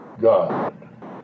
God